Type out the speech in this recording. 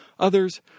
Others